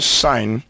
sign